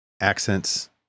accents